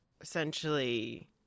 essentially –